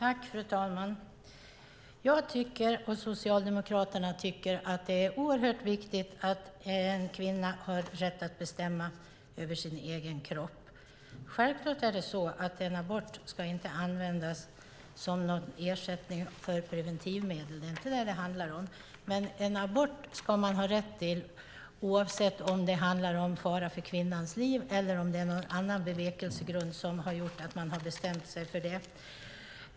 Fru talman! Jag och Socialdemokraterna tycker att det är oerhört viktigt att en kvinna har rätt att bestämma över sin egen kropp. Självklart ska en abort inte användas som ersättning för preventivmedel - det är inte detta det handlar om - men en abort ska man ha rätt till oavsett om det handlar om fara för kvinnans liv eller om det är någon annat bevekelsegrund som har gjort att man har bestämt sig för det.